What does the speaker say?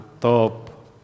top